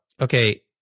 okay